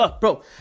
Bro